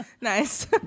Nice